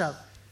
נא לסיים.